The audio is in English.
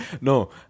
No